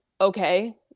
okay